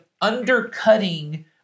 undercutting